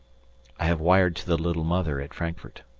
i have wired to the little mother at frankfurt.